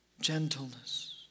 gentleness